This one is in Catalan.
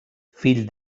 fill